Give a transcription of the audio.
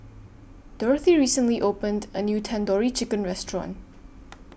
Dorthy recently opened A New Tandoori Chicken Restaurant